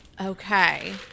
Okay